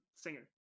singer